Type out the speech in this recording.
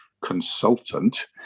consultant